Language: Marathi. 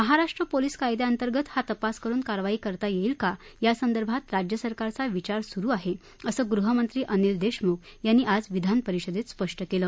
महाराष्ट्र पोलीस कायद्यांतर्गत हा तपास करून कारवाई करता येईल का यासंदर्भात राज्यसरकारचा विचार सुरू आहे असं गृहमंत्री अनिल देशमुख यांनी आज विधानपरिषदेत स्पष्ट केलं